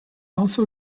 also